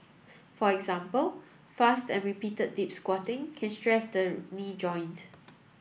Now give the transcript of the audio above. for example fast and repeated deep squatting can stress the knee joint